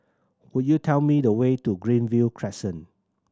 could you tell me the way to Greenview Crescent